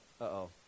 uh-oh